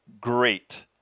great